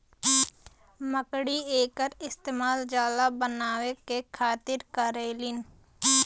मकड़ी एकर इस्तेमाल जाला बनाए के खातिर करेलीन